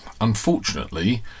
Unfortunately